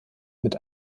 mit